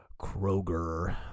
Kroger